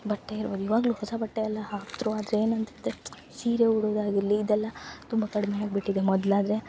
ಬಟ್ಟೆ ಇರು ಇವಾಗಲು ಹೊಸ ಬಟ್ಟೆ ಎಲ್ಲ ಹಾಕ್ತ್ರು ಆದರೆ ಏನಂತಿದ್ದರೆ ಸೀರೆ ಉಡೋದು ಆಗಿರಲಿ ಇದೆಲ್ಲ ತುಂಬ ಕಡ್ಮೆ ಆಗ್ಬಿಟ್ಟಿದೆ ಮೊದ್ಲು ಆದರೆ